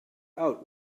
out